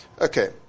Okay